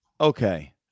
okay